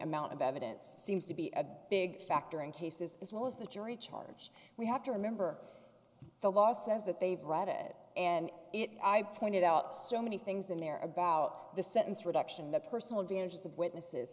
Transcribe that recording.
amount of evidence seems to be a big factor in cases as well as the jury charge we have to remember the law says that they've read it and it i pointed out so many things in there about the sentence reduction the personal advantages of witnesses